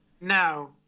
No